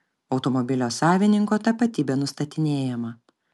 automobilio savininko tapatybė nustatinėjama